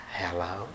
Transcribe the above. hello